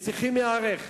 וצריכים להיערך.